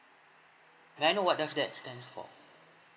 may I know what does that stand for